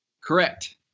Correct